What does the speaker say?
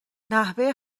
نحوه